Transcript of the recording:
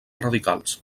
radicals